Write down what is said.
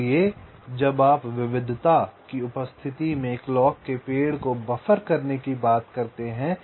इसलिए जब आप विविधता की उपस्थिति में क्लॉक के पेड़ को बफ़र करने की बात करते हैं